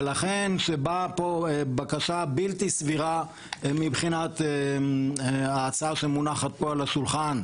ולכן כשבאה פה בקשה בלתי סבירה מבחינת ההצעה שמונחת פה על השולחן,